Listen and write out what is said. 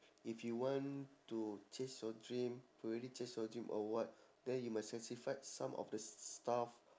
if you want to chase your dream to really chase your dream or what then you must sacrifice some of the s~ stuff